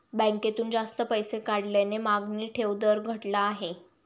बँकेतून जास्त पैसे काढल्याने मागणी ठेव दर घटला आहे